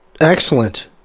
Excellent